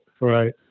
Right